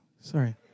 Sorry